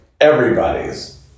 Everybody's